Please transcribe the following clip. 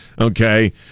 Okay